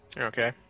Okay